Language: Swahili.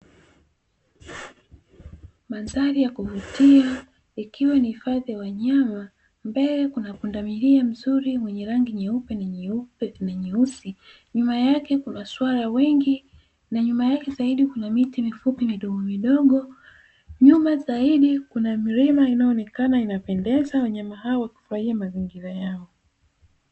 Mandhari ya kuvutia ikiwa ni hifadhi ya wanyama mbele kuna pundamilia mzuri mwenye rangi nyeupe na nyeusi, nyuma yake kuna swala wengi na nyuma yake zaidi kuna miti mifupi midogomidogo nyuma zaidi kuna milima inayoonekana inapendeza wanyama hao wakifurahia mazingira yao.